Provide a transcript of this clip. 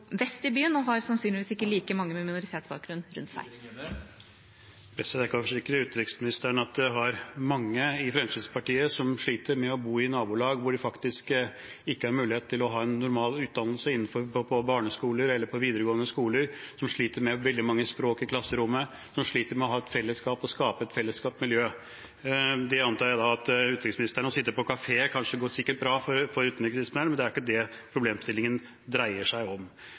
vest i byen og har sannsynligvis ikke like mange med minoritetsbakgrunn rundt seg. Jeg kan forsikre utenriksministeren om at det er mange i Fremskrittspartiet som sliter med å bo i nabolag hvor det faktisk ikke er mulig å få en normal utdannelse på barneskole eller på videregående skole, som sliter med veldig mange språk i klasserommet, som sliter med å ha et fellesskap og skape et felles godt miljø. Jeg antar at det at utenriksministeren har sittet på kafe, sikkert går bra for utenriksministeren, men det er ikke det problemstillingen dreier seg om.